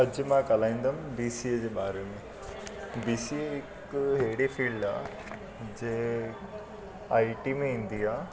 अॼु मां ॻाल्हाईंदमि बी सी ए जे बारे में बी सी ए हिकु हेड़ी फील्ड आहे जे आई टी में ईंदी आहे